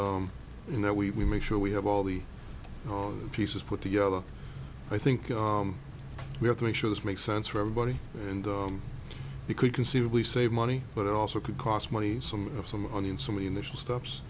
and you know we make sure we have all the pieces put together i think we have to make sure this makes sense for everybody and we could conceivably save money but it also could cost money some of some onion somebody in the steps